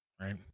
right